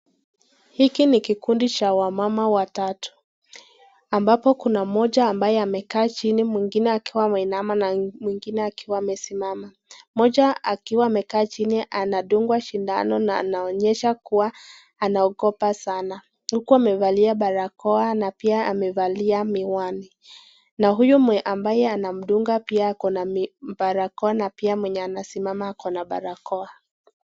Hiki ni kikundi cha wamama watatu. Ambapo kuna mmoja ambaye amekaa chini mwingine akiwa ameinama na mwingine akiwa amesimama, mmoja akiwa amekaa chini anadungwa shindano na anaonyesha kua anaogopa sana, huku akiwa amevalia barakoa na pia amevalia miwani, na huyu amabaye anamdunga pia ako na barokoa pia mwenye anasima ako na barakoa.